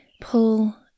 pull